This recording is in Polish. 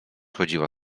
chodziła